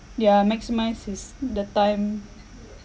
ya maximize his the time